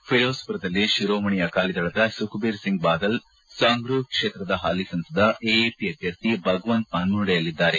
ಫಿರೋಜ್ಮರದಲ್ಲಿ ಶಿರೋಮಣಿ ಅಕಲಿದಳದ ಸುಕೆಬೀರ್ಸಿಂಗ್ ಬಾದಲ್ ಸಂಗ್ರೂರ್ ಕ್ಷೇತ್ರದ ಹಾಲಿ ಸಂಸದ ಎಎಪಿ ಅಭ್ಯರ್ಥಿ ಭಗವಂತ್ ಮಾನ್ ಮುನ್ನಡೆಯಲ್ಲಿದ್ದಾರೆ